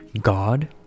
God